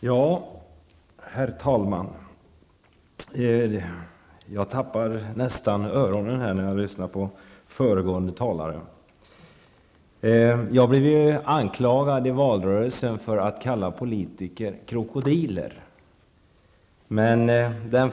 Herr talman! Jag tappade nästan öronen när jag lyssnade på föregående talare. Jag blev i valrörelsen anklagad för att jag kallade politiker krokodiler.